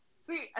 See